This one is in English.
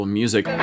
music